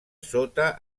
sota